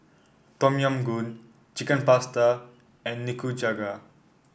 Tom Yam Goong Chicken Pasta and Nikujaga